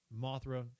Mothra